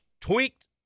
tweaked